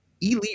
elite